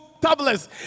tablets